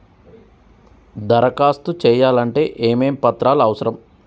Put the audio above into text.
దరఖాస్తు చేయాలంటే ఏమేమి పత్రాలు అవసరం?